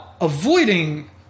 Avoiding